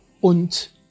und